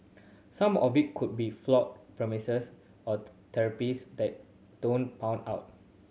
some of it could be flawed premises or theories that don't pan out